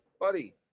buddy